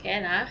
can ah